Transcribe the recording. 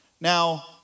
Now